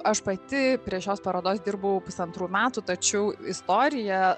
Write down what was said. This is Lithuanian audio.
aš pati prie šios parodos dirbau pusantrų metų tačiau istorija